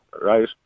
right